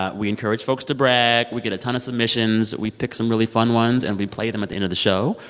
ah we encourage folks to brag. we get a ton of submissions. we pick some really fun ones. and we play them at the end of the show.